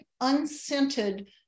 unscented